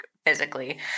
Physically